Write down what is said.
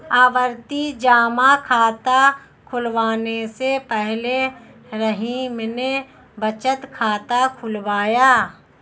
आवर्ती जमा खाता खुलवाने से पहले रहीम ने बचत खाता खुलवाया